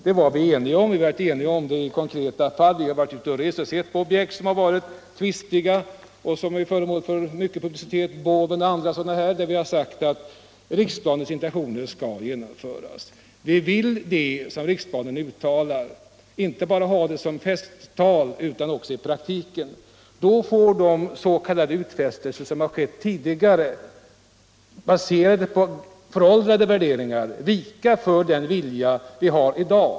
Det har vi varit eniga om också då det gäller konkreta fall. Vi har varit ute och rest och sett på objekt som varit tvistiga och som är föremål för mycket publicitet — exempelvis Båven. Vi har då sagt att riksplanens intentioner skall genomföras. Vi vill genomföra det som riksplanen uttalar. Vi vill inte ha det bara som festtal utan det skall också gälla i praktiken, och då får de s.k. utfästelser som gjorts tidigare, baserade på föråldrade värderingar, vika för den vilja vi har i dag.